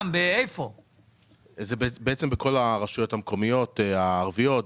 זה בכל הרשויות המקומיות הערביות,